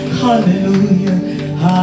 hallelujah